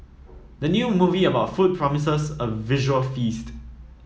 the new movie about food promises a visual feast